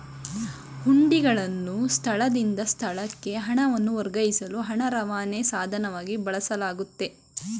ಹುಂಡಿಗಳನ್ನು ಸ್ಥಳದಿಂದ ಸ್ಥಳಕ್ಕೆ ಹಣವನ್ನು ವರ್ಗಾಯಿಸಲು ಹಣ ರವಾನೆ ಸಾಧನವಾಗಿ ಬಳಸಲಾಗುತ್ತೆ